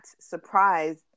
surprised